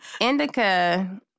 Indica